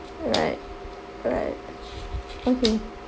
right right okay